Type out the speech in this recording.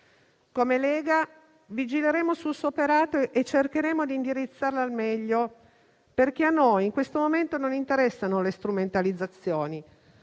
come Lega vigileremo sul suo operato e cercheremo di indirizzarla al meglio perché in questo momento non ci interessano le strumentalizzazioni.